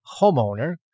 homeowner